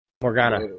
Morgana